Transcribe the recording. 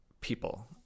people